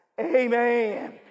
Amen